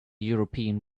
european